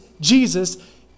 Jesus